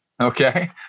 Okay